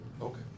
Okay